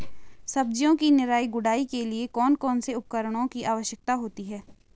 सब्जियों की निराई गुड़ाई के लिए कौन कौन से उपकरणों की आवश्यकता होती है?